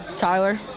Tyler